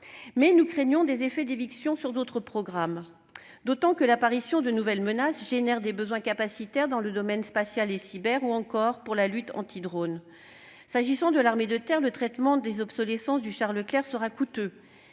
Mais nous craignons des effets d'éviction sur d'autres programmes, d'autant que l'apparition de nouvelles menaces génère des besoins capacitaires dans les domaines spatial et cyber ou dans celui de la lutte anti-drones. Concernant l'armée de terre, le traitement des obsolescences du char Leclerc sera coûteux